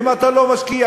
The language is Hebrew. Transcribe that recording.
אם אתה לא משקיע,